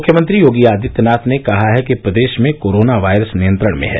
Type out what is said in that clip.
मुख्यमंत्री योगी आदित्यनाथ ने कहा है कि प्रदेश में कोरोना वायरस नियंत्रण में है